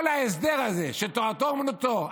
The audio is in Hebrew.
כל ההסדר הזה של תורתו אומנותו,